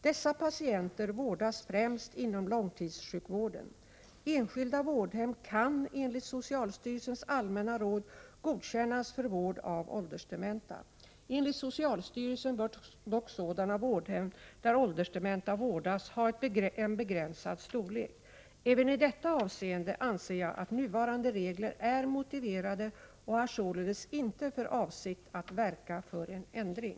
Dessa patienter vårdas främst inom långtidssjukvården. Enskilda vårdhem kan enligt socialstyrelsens allmänna råd godkännas för vård av åldersdementa. Enligt socialstyrelsen bör dock sådana vårdhem där åldersdementa vårdas ha en begränsad storlek. Även i detta avseende anser jag att nuvarande regler är motiverade och har således inte för avsikt att verka för en ändring.